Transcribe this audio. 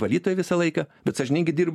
valytoja visą laiką bet sąžiningai dirbo